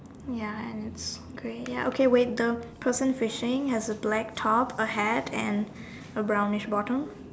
ya and it's great ya okay wait the person fishing has a black top a hat and a brownish bottom